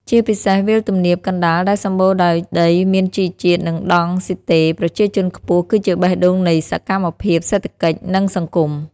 ជាពិសេស វាលទំនាបកណ្ដាលដែលសម្បូរដោយដីមានជីជាតិ និងដង់ស៊ីតេប្រជាជនខ្ពស់ គឺជាបេះដូងនៃសកម្មភាពសេដ្ឋកិច្ច និងសង្គម។